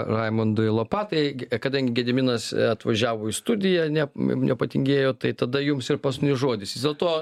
raimundui lopatai kadangi gediminas atvažiavo į studiją ne nepatingėjo tai tada jums ir paskutinis žodis vis dėlto